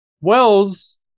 Wells